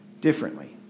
differently